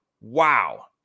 Wow